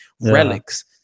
relics